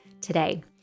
today